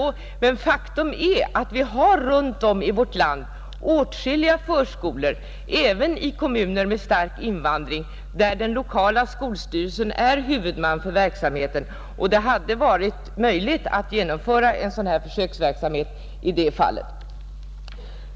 Men faktum är att vi runt om i vårt land har åtskilliga förskolor, även i kommuner med stark invandring, där den lokala skolstyrelsen är huvudman för verksamheten, och det hade varit möjligt att genomföra en sådan här försöksverksamhet i sådana fall.